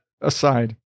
aside